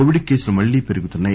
Covid కేసులు మల్లీ పెరుగుతున్నాయి